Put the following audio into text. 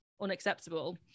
unacceptable